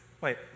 Wait